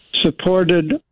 supported